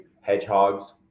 hedgehogs